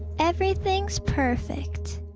everything's perfect!